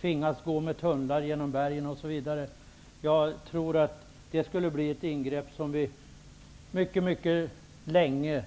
tvingas man gå med tunnlar genom bergen osv. Det skulle bli ett ingrepp som vi mycket länge